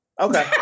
Okay